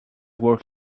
work